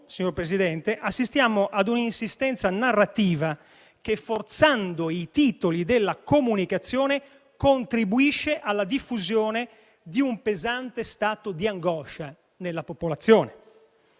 signor Presidente, assistiamo ad un'insistenza narrativa che, forzando i titoli della comunicazione, contribuisce alla diffusione di un pesante stato di angoscia nella popolazione.